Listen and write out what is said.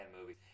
movies